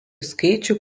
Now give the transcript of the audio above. skaičių